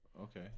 Okay